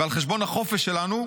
ועל חשבון החופש שלנו.